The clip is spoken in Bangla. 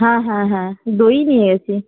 হ্যাঁ হ্যাঁ হ্যাঁ দইই নিয়েছে